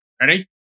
Ready